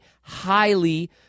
highly